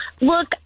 Look